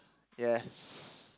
yes